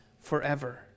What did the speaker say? forever